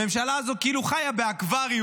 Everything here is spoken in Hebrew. הממשלה הזו כאילו חיה באקווריום.